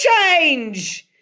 change